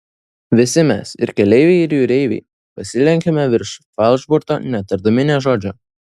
visi mes ir keleiviai ir jūreiviai pasilenkėme virš falšborto netardami nė žodžio